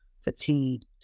fatigued